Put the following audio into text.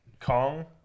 Kong